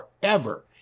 forever